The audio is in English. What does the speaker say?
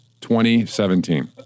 2017